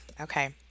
okay